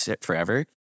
forever